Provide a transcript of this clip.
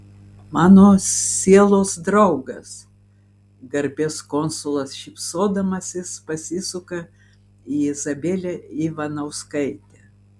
mano sielos draugas garbės konsulas šypsodamasis pasisuka į izabelę ivanauskaitę